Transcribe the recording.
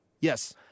Yes